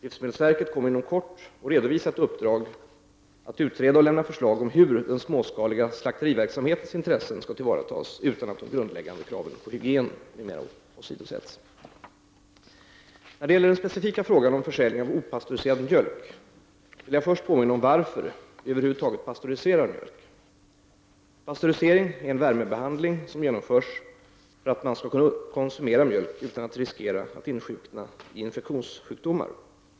Livsmedelsverket kommer inom kart att redovisa ett uppdrag att utreda och lämna förslag om hur den småskaliga slakteriverksamhetens intressen skall tillvaratas utan att de grundläggande kraven på hygien m.m. åsidosätts. När det gäller den specifika frågan om försäljning av opastöriserad mjölk vill jag först påminna om varför vi över huvud taget pastöriserar mjölk. Pastörisering är en värmebehandling som genomförs för att man skall kunna konsumera mjölk utan att riskera att insjukna i infektionssjukdomar.